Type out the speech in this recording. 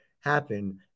Happen